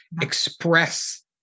express